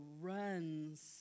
runs